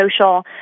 social